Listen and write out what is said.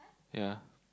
ya